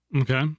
Okay